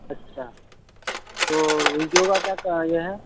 اچھا تو ویڈیو کا کیا یہ ہے